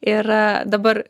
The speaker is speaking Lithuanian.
ir dabar